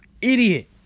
idiot